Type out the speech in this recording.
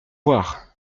voir